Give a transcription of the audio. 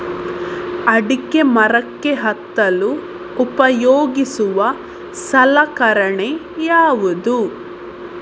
ಅಡಿಕೆ ಮರಕ್ಕೆ ಹತ್ತಲು ಉಪಯೋಗಿಸುವ ಸಲಕರಣೆ ಯಾವುದು?